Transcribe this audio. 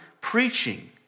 preaching